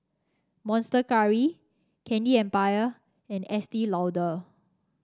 Monster Curry Candy Empire and Estee Lauder